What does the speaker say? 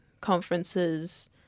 conferences